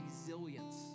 resilience